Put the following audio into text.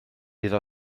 iddo